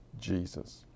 Jesus